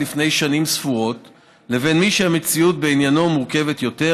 לפני שנים ספורות לבין מי שהמציאות בעניינו מורכבת יותר,